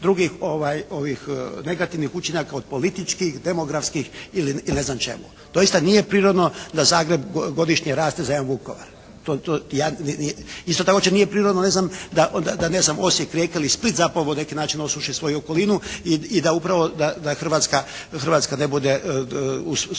drugih negativnih učinaka od političkih, demografskih ili ne znam čemu. Doista nije prirodno da Zagreb godišnje raste za jedan Vukovar. Isto tako uopće nije prirodno ne znam da ne znam Osijek, Rijeka ili Split zapravo na neki način … svoju okolinu i upravo da Hrvatska ne bude u